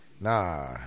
Nah